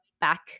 back